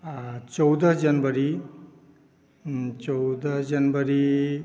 चौदह जनवरी चौदह जनवरी